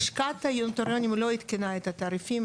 לשכת הנוטריונים לא עדכנה את התעריפים.